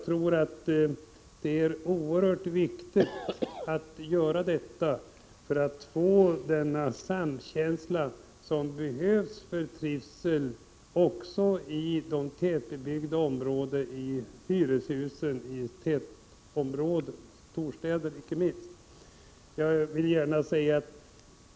Detta är oerhört viktigt för den samkänsla som behövs för trivseln i hyreshusen i de tätbebyggda områdena, inte minst i storstäderna.